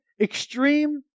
extreme